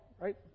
right